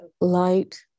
light